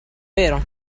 vero